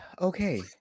Okay